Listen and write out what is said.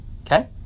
Okay